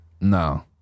No